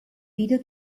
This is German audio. wieder